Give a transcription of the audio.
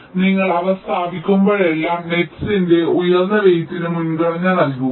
അതിനാൽ നിങ്ങൾ അവ സ്ഥാപിക്കുമ്പോഴെല്ലാം നെറ്സ്സിന്റെ ഉയർന്ന വെയ്റ്ന് മുൻഗണന നൽകുക